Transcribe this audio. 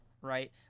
Right